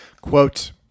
Quote